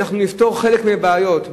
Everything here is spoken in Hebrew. אנחנו נפתור חלק מהבעיות,